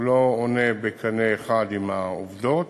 לא עולה בקנה אחד עם העובדות.